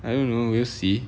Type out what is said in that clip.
I don't know we'll see